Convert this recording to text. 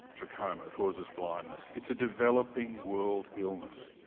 trachoma, causes blindness. it's a developing-world illness,